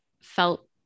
felt